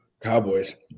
Cowboys